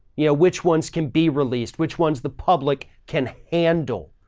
yeah which ones can be released, which one's the public can handle.